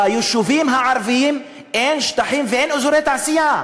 ביישובים הערביים אין שטחים ואין אזורי תעשייה.